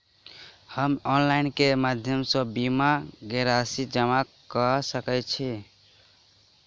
हम ऑनलाइन केँ माध्यम सँ बीमा केँ राशि जमा कऽ सकैत छी?